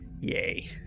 Yay